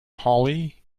hollie